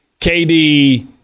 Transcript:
KD